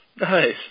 Nice